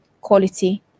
quality